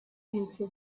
into